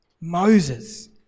Moses